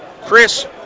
Chris